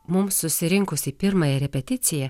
mums susirinkus į pirmąją repeticiją